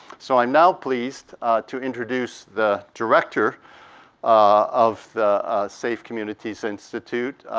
so i'm now pleased to introduce the director of the safe communities institute,